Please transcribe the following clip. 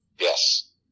Yes